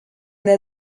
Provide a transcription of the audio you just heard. not